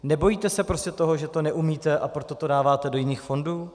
Nebojíte se prostě toho, že to neumíte, a proto to dáváte do jiných fondů?